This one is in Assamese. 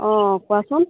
অঁ কোৱাচোন